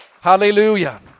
Hallelujah